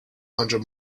hundred